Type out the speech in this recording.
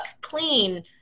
clean